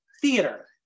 theater